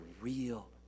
real